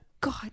God